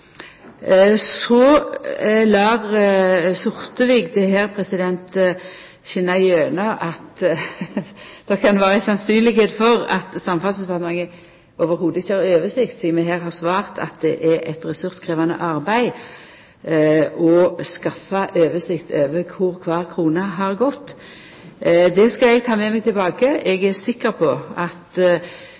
det her skina igjennom at Samferdselsdepartementet truleg ikkje i det heile har oversikt, sidan vi her har svart at det er eit ressurskrevjande arbeid å skaffa oversikt over kor kvar krone har gått. Det skal eg ta med meg tilbake. Eg kjenner meg heilt sikker på at